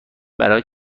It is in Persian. برای